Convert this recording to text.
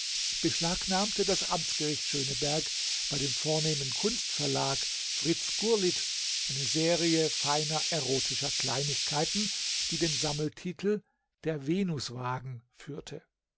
beschlagnahmte das amtsgericht schöneberg bei dem vornehmen kunstverlag fritz gurlitt eine serie feiner erotischer kleinigkeiten die den sammeltitel der venuswagen führte